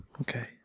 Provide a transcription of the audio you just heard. Okay